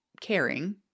caring